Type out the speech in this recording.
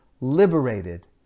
liberated